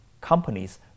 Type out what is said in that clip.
companies